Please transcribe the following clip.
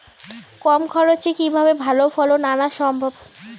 কম খরচে কিভাবে ভালো ফলন আনা সম্ভব?